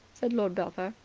said lord belpher,